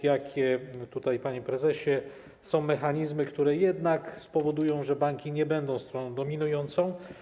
Jakie tutaj, panie prezesie, są mechanizmy, które jednak spowodują, że banki nie będą stroną dominującą?